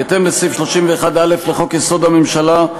בהתאם לסעיף 31(א) לחוק-יסוד: הממשלה,